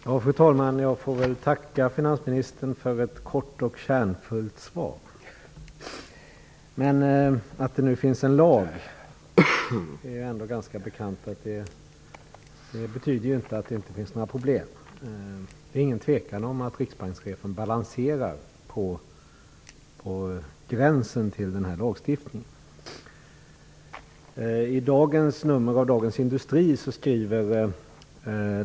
Fru talman! Jag får tacka finansministern för ett kort och kärnfullt svar. Att det finns en lag än ändå ganska bekant. Men det betyder inte att det inte finns några problem. Det är ingen tvekan om att riksbankschefen balanserar på gränsen till lagstiftningen.